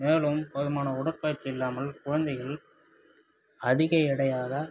மேலும் போதுமான உடற்பயிற்சி இல்லாமல் குழந்தைகள் அதிக எடையாக